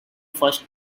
first